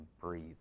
breathe